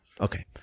Okay